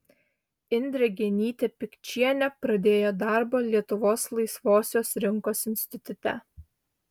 indrė genytė pikčienė pradėjo darbą lietuvos laisvosios rinkos institute